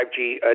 5G